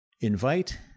Invite